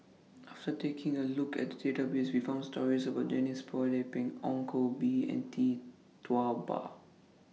after taking A Look At The Database We found stories about Denise Phua Lay Peng Ong Koh Bee and Tee Tua Ba